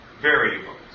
variables